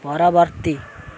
ପରବର୍ତ୍ତୀ